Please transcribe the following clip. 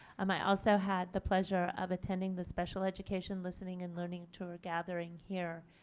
um i also had the pleasure of attending the special education listening and learning tour gathering here.